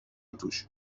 توش